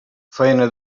faena